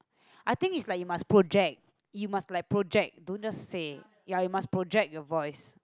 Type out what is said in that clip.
I think is like you must project you must like project don't just say ya you must project your voice